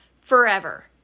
forever